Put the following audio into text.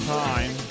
time